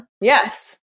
Yes